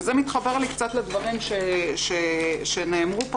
וזה מתחבר לי קצת לדברים שנאמרו פה